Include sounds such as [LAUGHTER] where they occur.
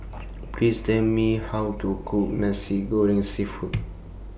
Please Tell Me How to Cook Nasi Goreng Seafood [NOISE]